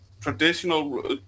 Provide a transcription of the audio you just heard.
traditional